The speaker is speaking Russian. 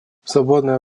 свободное